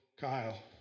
Kyle